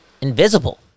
Invisible